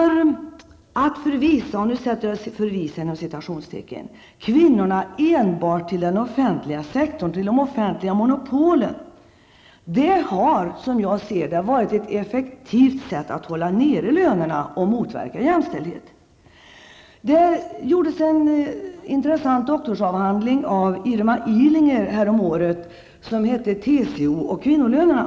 Att ''förvisa'' kvinnorna enbart till den offentliga sektorn och de offentliga monopolen har, som jag ser det, varit ett effektivt sätt att hålla nere lönerna och motverka jämställdheten. Irma Irlinger skrev häromåret den intressanta doktorsavhandlingen ''TCO och kvinnolönerna''.